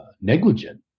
negligent